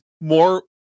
more